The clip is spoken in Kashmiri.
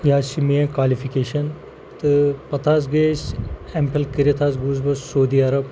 یہِ حظ چھِ میٛٲنۍ کالِفِکیشَن تہٕ پَتہٕ حظ گٔیے أسۍ ایم فِل کٔرِتھ حظ گوس بہٕ سعوٗدی عرب